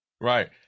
Right